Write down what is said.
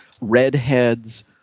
redheads